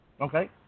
okay